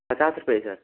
पचास रुपये सर